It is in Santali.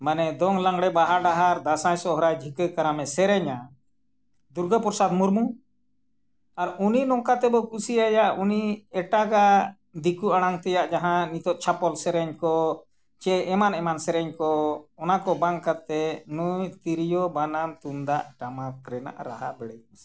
ᱢᱟᱱᱮ ᱫᱚᱝ ᱞᱟᱜᱽᱬᱮ ᱵᱟᱦᱟ ᱰᱟᱦᱟᱨ ᱫᱟᱸᱥᱟᱭ ᱥᱚᱦᱨᱟᱭ ᱡᱷᱤᱸᱠᱟᱹ ᱠᱟᱨᱟᱢᱮ ᱥᱮᱨᱮᱧᱟ ᱫᱩᱨᱜᱟᱹᱯᱨᱚᱥᱟᱫᱽ ᱢᱩᱨᱢᱩ ᱟᱨ ᱩᱱᱤ ᱱᱚᱝᱠᱟ ᱛᱮᱵᱚᱱ ᱠᱩᱥᱤᱭᱟᱭᱟ ᱩᱱᱤ ᱮᱴᱟᱜᱟᱜ ᱫᱤᱠᱩ ᱟᱲᱟᱝ ᱛᱮᱱᱟᱜ ᱡᱟᱦᱟᱸ ᱱᱤᱛᱳᱜ ᱪᱷᱟᱯᱚᱞ ᱥᱮᱨᱮᱧ ᱠᱚ ᱥᱮ ᱮᱢᱟᱱ ᱮᱢᱟᱱ ᱥᱮᱨᱮᱧ ᱠᱚ ᱚᱱᱟ ᱠᱚ ᱵᱟᱝ ᱠᱟᱛᱮᱫ ᱱᱩᱭ ᱛᱤᱨᱭᱳ ᱵᱟᱱᱟᱢ ᱛᱩᱢᱫᱟᱜ ᱴᱟᱢᱟᱠ ᱨᱮᱱᱟᱜ ᱨᱟᱦᱟ ᱵᱮᱲᱮ ᱠᱩᱥᱤᱭᱟᱜᱼᱟ